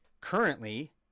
currently